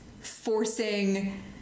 forcing